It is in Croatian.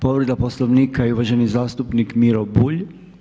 Povreda Poslovnika i uvaženi zastupnik Miro Bulj.